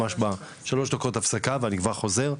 3 דקות הפסקה ואני כבר חוזר.